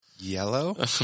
Yellow